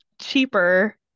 cheaper